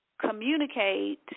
communicate